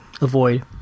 Avoid